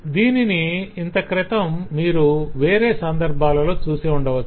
దీనిని ఇంతక్రితం మీరు వేరే సందర్భాలలో చూసి ఉండవచ్చు